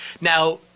Now